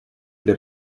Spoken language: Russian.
для